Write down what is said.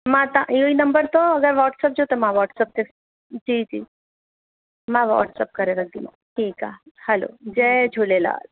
मां तव्हां इहो ई नम्बर अथव अगरि वॉट्सप ते त मां वॉट्सप ते जी जी मां वॉट्सप करे रखंदीमांव ठीकु आहे हलो जय झूलेलाल